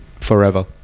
forever